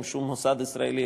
עם שום מוסד ישראלי,